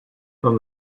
from